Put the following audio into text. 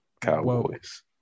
Cowboys